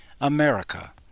America